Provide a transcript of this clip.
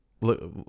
look